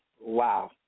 Wow